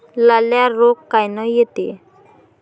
लाल्या रोग कायनं येते?